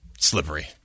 slippery